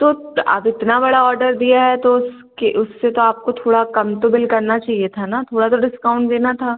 तो अब इतना बड़ा ऑर्डर दिया है तो उसके उससे तो आपको थोड़ा कम तो बिल करना चाहिए था ना थोड़ा तो डिस्काउंट देना था